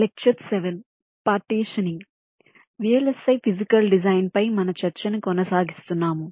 కాబట్టి VLSI physical design పై మన చర్చను కొనసాగిస్తున్నాము